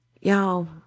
y'all